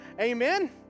Amen